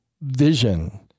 vision